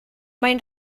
mae